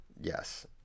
Yes